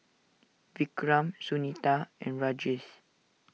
Vikram Sunita and Rajesh